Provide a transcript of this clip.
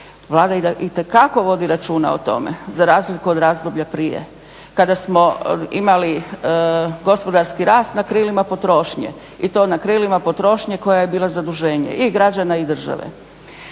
Vlada itekako vodi računa o tome, za razliku od razdoblja prije, kada smo imali gospodarski rast na krilima potrošnje i to na krilima potrošnje koja je bila zaduženija i građana i države.